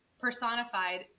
Personified